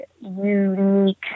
unique